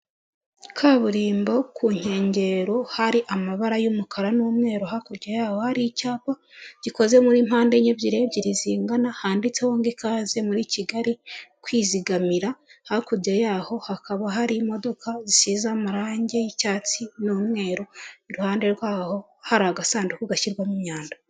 Kaburimbo ku nkengero hari amabara y'umukara n'umweru hakurya yaho hari icyapa gikoze muri mpande ebyiri ebyiri zingana handitseho ngo ikaze muri kigali kwizigamira hakurya yaho hakaba hari imodoka zisize amarangi y'icyatsi n'umweru iruhande rwaho hari agasanduku gashyirwamo imyanda.